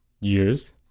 years